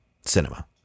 cinema